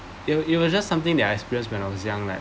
it were it were just something that I experienced when I was young like